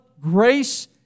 grace